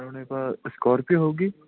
ਆਪਣੇ ਪਾ ਸਕਾਰਪੀਓ ਹੋਵੇਗੀ